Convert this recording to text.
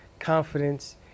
confidence